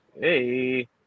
Hey